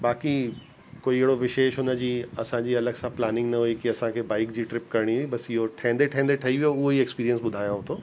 बाक़ी कोई अहिड़ो विशेष हुन जी असांजी अलॻि सां प्लानिंग न हुई की असांखे बाइक जी ट्रिप करणी हुई बसि इहो ठहंदे ठहंदे ठही वियो उहो ई एक्सपीरिएंस ॿुधायांव थो